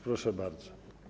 Proszę bardzo.